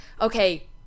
okay